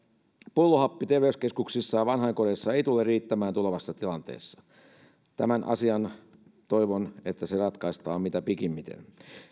pullohappi ei tule terveyskeskuksissa ja vanhainkodeissa riittämään tulevassa tilanteessa toivon että tämä asia ratkaistaan mitä pikimmiten